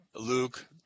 Luke